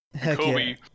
Kobe